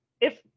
if-